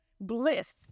bliss